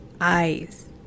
eyes